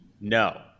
No